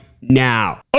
now